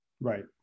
Right